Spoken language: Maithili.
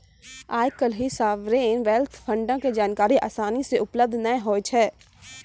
आइ काल्हि सावरेन वेल्थ फंडो के जानकारी असानी से उपलब्ध नै होय छै